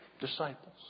disciples